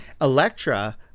Electra